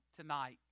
tonight